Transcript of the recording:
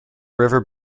river